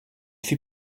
fut